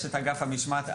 יש את אגף המשמעת.